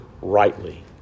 rightly